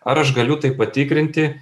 ar aš galiu tai patikrinti